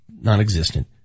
Non-existent